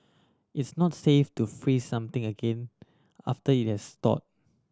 it's not safe to freeze something again after it has thawed